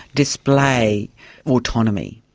display autonomy.